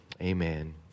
Amen